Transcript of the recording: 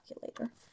calculator